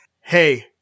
Hey